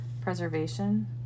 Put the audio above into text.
preservation